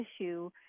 issue